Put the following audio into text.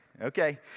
okay